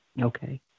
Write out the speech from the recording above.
Okay